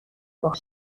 باهاش